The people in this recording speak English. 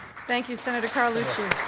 thank you, senator carlucci.